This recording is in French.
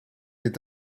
est